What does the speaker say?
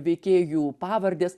veikėjų pavardės